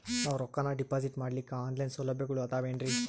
ನಾವು ರೊಕ್ಕನಾ ಡಿಪಾಜಿಟ್ ಮಾಡ್ಲಿಕ್ಕ ಆನ್ ಲೈನ್ ಸೌಲಭ್ಯಗಳು ಆದಾವೇನ್ರಿ?